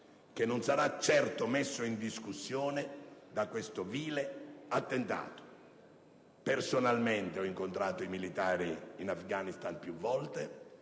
che non sarà certo messo in discussione da questo vile attentato. Personalmente ho incontrato i militari in Afghanistan più volte,